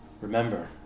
Remember